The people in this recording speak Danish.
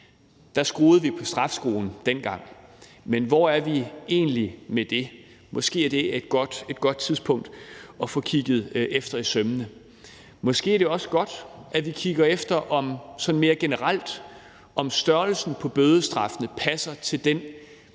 skruede vi på strafskruen, men hvor er vi egentlig med det? Måske er det et godt tidspunkt at få kigget det efter i sømmene. Måske er det også godt, at vi kigger efter sådan mere generelt, om størrelsen på bødestraffene passer til den